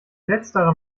letzterer